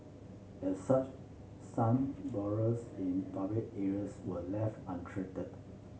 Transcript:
as such some burrows in public areas were left untreated